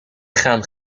gaan